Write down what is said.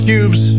Cubes